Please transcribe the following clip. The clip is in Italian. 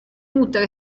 nutre